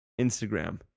Instagram